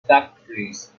factories